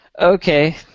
Okay